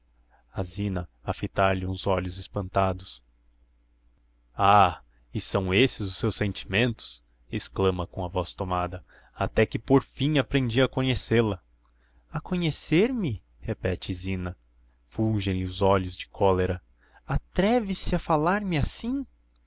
a zina a fitar lhe uns olhos espantados ah e são esses os seus sentimentos exclama com a voz tomada até que por fim aprendi a conhecêl a a conhecer me repete a zina fulgem lhes os olhos de colera atreve se a falar-me assim